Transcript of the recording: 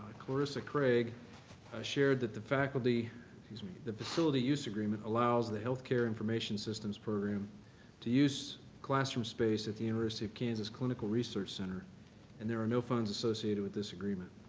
clarissa craig shared that the faculty excuse me the facility use agreement allows the health care information systems program to use classroom space at the university of kansas clinical research center and there are no funds associated with this agreement.